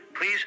please